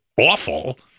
awful